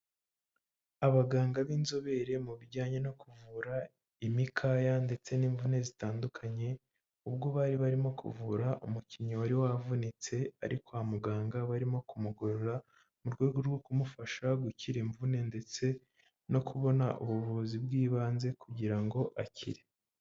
Abaganga b'inzobere mu bijyanye no kuvura imikaya ndetse n'imvune zitandukanye, ubwo bari barimo kuvura umukinnyi wari wavunitse ari kwa muganga, barimo kumugorora mu rwego rwo kumufasha gukira imvune ndetse no kubona ubuvuzi bw'ibanze kugira ngo akire.